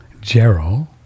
Gerald